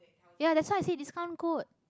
ya that's why i say discount code